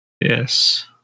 Yes